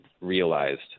realized